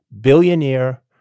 billionaire